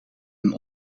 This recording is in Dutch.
een